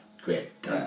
Great